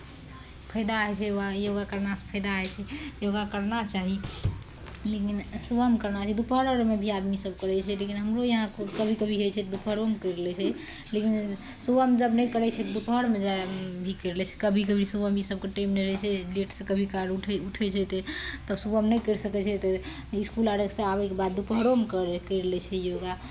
फायदा होइ छै योगा करनासँ फायदा होइ छै योगा करना चाही लेकिन सुबहमे करना चाही दुपहर अरमे भी आदमीसभ करै छै लेकिन हमरो यहाँ कभी कभी होइ छै दुपहरोमे करि लै छै लेकिन सुबहमे जब नहि करै छै तऽ दुपहरमे भी करि लै छै कभी कभी सुबहमे इसभके टेम नहि रहै छै लेटसँ कभी कभार उठै उठै छै तब सुबहमे नहि करि सकै छै तब इसकुल अरसँ आबयके बाद दुपहरोमे कर करि लै छै योगा